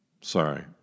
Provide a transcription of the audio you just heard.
Sorry